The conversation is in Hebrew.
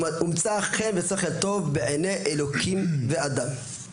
ומצא חן ושכל טוב בעיני אלוקים ואדם.